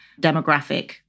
demographic